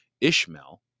Ishmael